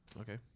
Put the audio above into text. Okay